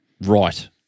right